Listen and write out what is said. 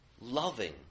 loving